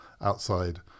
outside